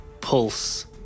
pulse